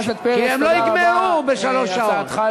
כי הם לא יגמרו בשלוש שעות.